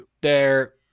They're-